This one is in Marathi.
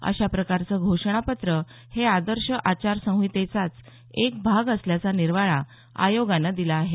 अशा प्रकारचं घोषणापत्र हे आदर्श आचार संहितेचाच एक भाग असल्याचा निर्वाळा आयोगानं दिला आहे